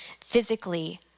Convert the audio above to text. physically